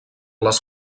les